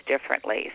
differently